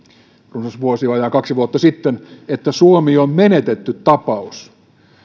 runsas vuosi vajaa kaksi vuotta sitten että suomi on menetetty tapaus että